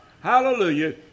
Hallelujah